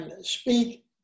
speak